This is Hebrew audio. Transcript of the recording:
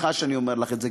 סליחה שאני אומר לך את זה,